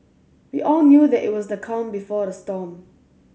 we all knew that it was the calm before the storm